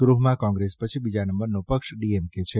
ગૃહમાં કોંગ્રેસ પછી બીજા નંબરનો પક્ષ ડીએમકે છે